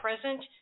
present